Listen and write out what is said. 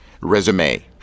resume